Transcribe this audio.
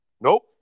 Nope